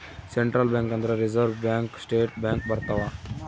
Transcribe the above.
central bank ಅಂದ್ರ reserve bank state bank ಬರ್ತವ